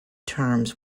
terms